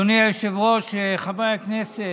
אדוני היושב-ראש, חברי הכנסת,